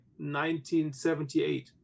1978